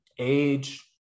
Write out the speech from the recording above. age